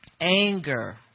anger